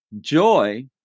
Joy